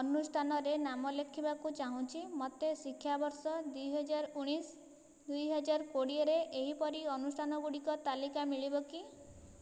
ଅନୁଷ୍ଠାନରେ ନାମ ଲେଖାଇବାକୁ ଚାହୁଁଛି ମୋତେ ଶିକ୍ଷାବର୍ଷ ଦୁଇହଜାର ଊଣେଇଶ ଦୁଇହଜାର କୋଡ଼ିଏରେ ଏହିପରି ଅନୁଷ୍ଠାନ ଗୁଡ଼ିକର ତାଲିକା ମିଳିବ କି